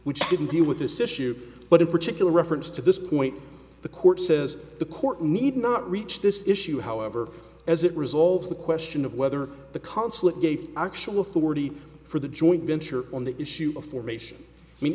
which didn't deal with this issue but in particular reference to this point the court says the court need not reach this issue however as it resolves the question of whether the consulate gave actual authority for the joint venture on the issue of formation